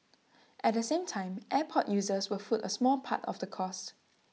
at the same time airport users will foot A small part of the cost